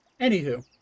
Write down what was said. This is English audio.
anywho